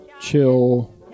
chill